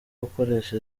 gukoresha